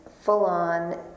full-on